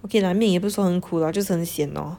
okay lah 命也不是很苦 lah 就是很 sian lor